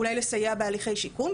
אולי לסייע בהליכי שיקום,